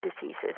diseases